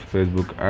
Facebook